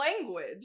language